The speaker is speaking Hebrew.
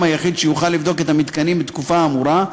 היחיד שיוכל לבדוק את המתקנים בתקופה האמורה,